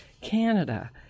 Canada